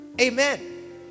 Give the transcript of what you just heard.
Amen